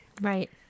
Right